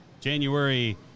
January